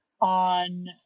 on